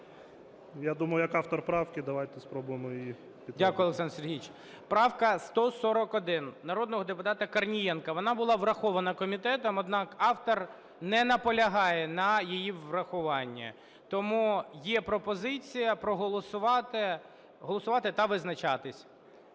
Я думаю, як автор правки, давайте спробуємо її підтримати. ГОЛОВУЮЧИЙ. Дякую, Олександр Сергійович. Правка 141, народного депутата Корнієнка. Вона була врахована комітетом, однак автор не наполягає на її врахуванні. Тому є пропозиція проголосувати, голосувати та визначатись.